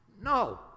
no